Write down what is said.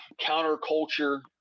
counterculture